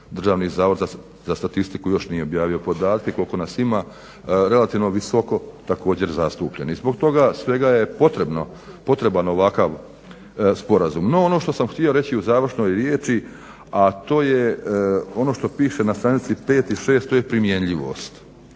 s obzirom da DZS još nije objavio podatke koliko nas ima relativno visoko također zastupljeni. Zbog toga svega je potreban ovakav sporazum. No, ono što sam htio reći u završnoj riječi, a to je ono što piše na stranici 5. i 6. to je primjenjivost.